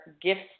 gifts